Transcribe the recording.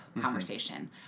conversation